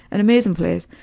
an amazing place.